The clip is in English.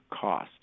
cost